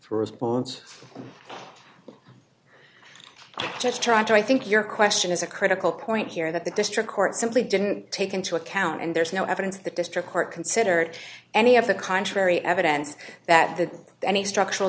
i'm just trying to i think your question is a critical point here that the district court simply didn't take into account and there's no evidence the district court considered any of the contrary evidence that the any structural